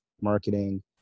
marketing